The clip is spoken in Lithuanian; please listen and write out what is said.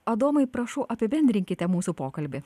adomai prašau apibendrinkite mūsų pokalbį